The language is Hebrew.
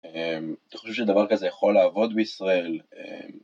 אתה חושב שדבר כזה יכול לעבוד בישראל?